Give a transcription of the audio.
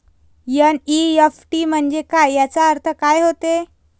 NEFT म्हंजे काय, त्याचा अर्थ काय होते?